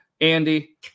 Andy